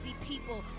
people